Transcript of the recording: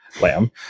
Lamb